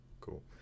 cool